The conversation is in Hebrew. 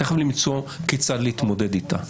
אתה צריך למצוא כיצד להתמודד איתה.